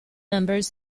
members